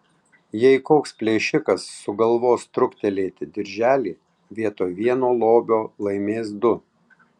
jei koks plėšikas sugalvos truktelėti dirželį vietoj vieno lobio laimės du